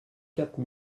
quatre